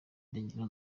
ndagira